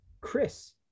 Chris